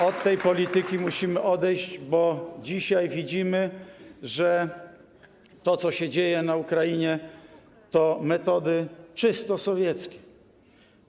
Od tej polityki musimy odejść, bo dzisiaj widzimy, że to, co się dzieje na Ukrainie, to metody czysto sowieckie.